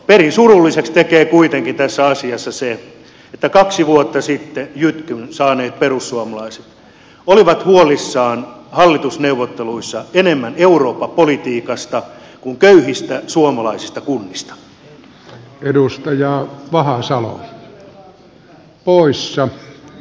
perin surulliseksi tekee kuitenkin tässä asiassa se että kaksi vuotta sitten jytkyn saaneet perussuomalaiset olivat huolissaan hallitusneuvotteluissa enemmän eurooppa politiikasta kuin köyhistä suomalaisista kunnista